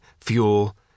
fuel